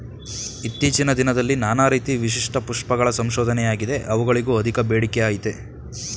ಇತ್ತೀಚಿನ ದಿನದಲ್ಲಿ ನಾನಾ ರೀತಿ ವಿಶಿಷ್ಟ ಪುಷ್ಪಗಳ ಸಂಶೋಧನೆಯಾಗಿದೆ ಅವುಗಳಿಗೂ ಅಧಿಕ ಬೇಡಿಕೆಅಯ್ತೆ